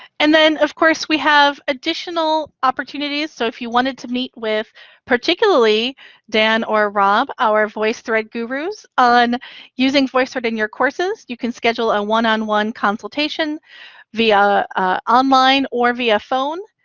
and then of course we have additional opportunities. so if you wanted to meet with particularly dan or rob, our voicethread gurus, on using voicethread in your courses, you can schedule a one on one consultation via online or via phone.